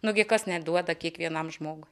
nugi kas neduoda kiekvienam žmogui